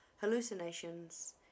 hallucinations